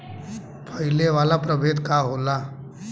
फैले वाला प्रभेद का होला?